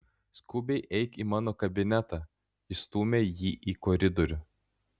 skubiai eik į mano kabinetą išstūmė jį į koridorių